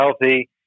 healthy